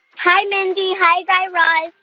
hi, mindy. hi, guy raz.